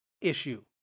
issue